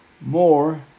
more